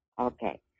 Okay